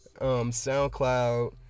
SoundCloud